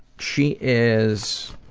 she is